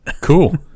Cool